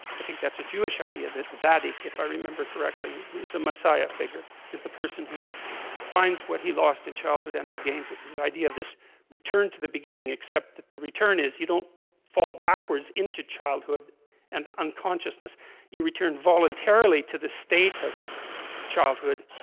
i think that's a jewish idea that zadok if i remember correctly who is a messiah figure is the person who finds what he lost in childhood and regains it his idea of this return to the beginning except that the return is you, don't fall backwards into childhood and unconsciousness you returned voluntarily to the state of childhood,